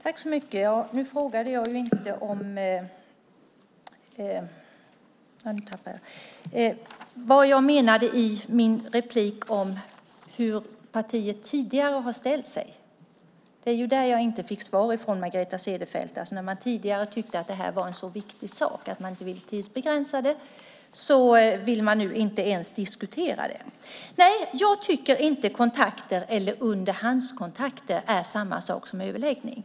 Herr talman! Det jag pekade på i min replik var hur partiet tidigare har ställt sig. Det var ju där jag inte fick svar från Margareta Cederfelt. Tidigare tyckte man alltså att det här var en så viktig sak att man inte ville tidsbegränsa den. Nu vill man inte ens diskutera den. Jag tycker inte att kontakter eller underhandskontakter är samma sak som överläggning.